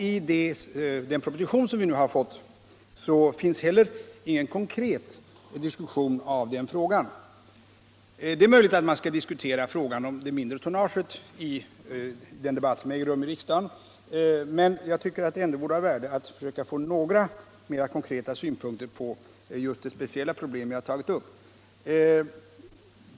I den proposition som vi nu har fått finns heller ingen konkret diskussion kring den frågan. Det är möjligt att man skall diskutera frågan om det mindre tonnaget i samband med den större debatt som äger rum i riksdagen, men jag tycker att det ändå vore av värde att få några konkreta synpunkter på det speciella problem som jag har tagit upp.